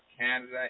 Canada